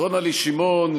אז רונה-לי שמעון,